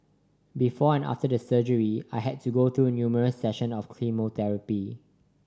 before and after the surgery I had to go through numerous session of chemotherapy